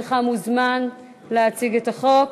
הנך מוזמן להציג את החוק.